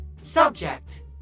Subject